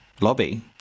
lobby